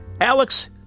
Alex